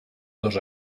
dos